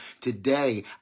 today